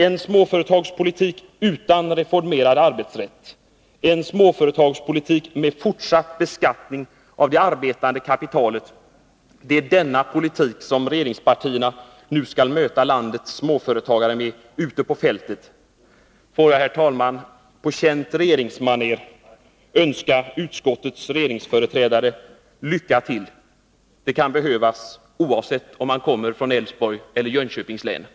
En småföretagspolitik utan reformerad arbetsrätt, en småföretagspolitik med beskattning av det arbetande kapitalet — det är denna politik som regeringspartierna nu skall möta landets småföretagare med ute på fältet. Låt mig på känt regeringsmanér önska utskottets regeringsföreträdare lycka till. Det kan behövas, oavsett om man kommer från Älvsborgs eller från Jönköpings län.